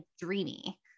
dreamy